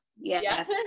Yes